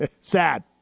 Sad